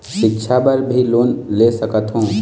सिक्छा बर भी लोन ले सकथों?